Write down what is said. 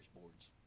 boards